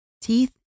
teeth